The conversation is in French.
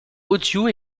audio